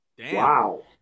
Wow